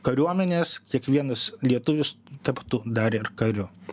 kariuomenės kiekvienas lietuvis taptų dar ir kariu